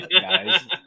guys